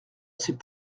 sait